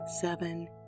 seven